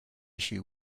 issue